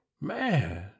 Man